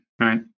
right